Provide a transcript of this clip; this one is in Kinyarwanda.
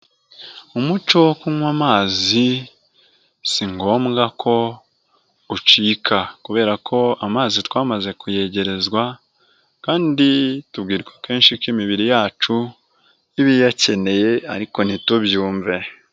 Umuco wo kunywa amazi, si ngombwa ko ucika kubera ko amazi twamaze kuyegerezwa kandi tubwirwa kenshi ko imibiri yacu iba iyakeneye ariko ntitubyumve.